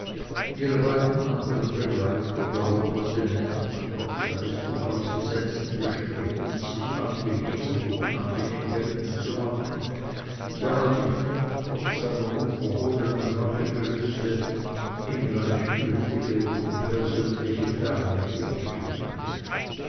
ihre beiden andern begleiter der locotenent trotz seines unausgesetzten bestrebens sich angenehm oder unangenehm geltend zu machen der alte knecht trotz seiner unverhohlenen rachegelüste in gleichgültige unpersönliche ferne getreten